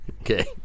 Okay